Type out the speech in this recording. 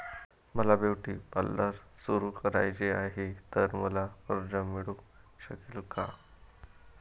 मला beauty parlour सुरू करायचे आहे तर मला कर्ज मिळू शकेल का?